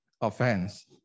offense